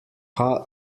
dva